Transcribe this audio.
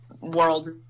world